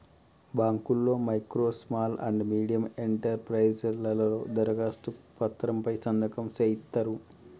బాంకుల్లో micro small and medium enterprises లలో దరఖాస్తు పత్రం పై సంతకం సేయిత్తరు